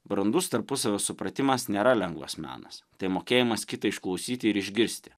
brandus tarpusavio supratimas nėra lengvas menas tai mokėjimas kitą išklausyti ir išgirsti